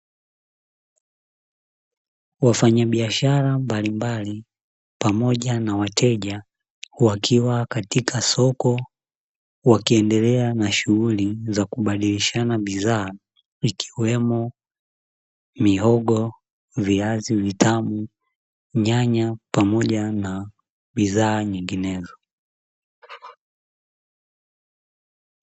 Wafanyabiashara mbalimbali pamoja na wateja wakiwa katika soko wakiendelea na shughuli za kubadilishana bidhaa ikiwemo mihogo, viazi vitamu, nyanya, pamoja na bidhaa nyinginezo.